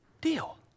deal